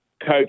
coach